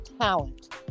talent